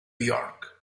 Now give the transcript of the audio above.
york